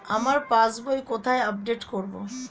আমার পাস বই কোথায় আপডেট করব?